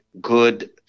good